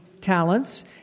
talents